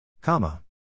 Comma